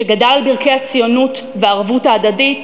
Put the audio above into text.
שגדל על ברכי הציונות והערבות ההדדית,